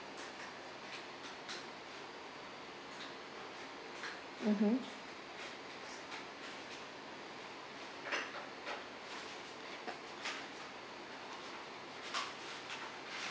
mmhmm